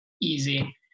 easy